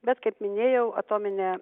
bet kaip minėjau atominė